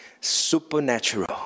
supernatural